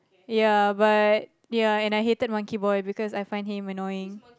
ya but ya and I hated Monkey Boy because I find him annoying